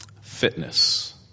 fitness